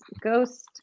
ghost